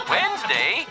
Wednesday